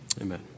Amen